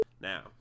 now